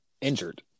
injured